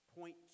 point